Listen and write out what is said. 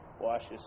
washes